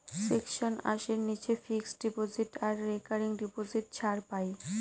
section আশির নীচে fixed deposit আর রেকারিং ডিপোজিট ছাড় পাই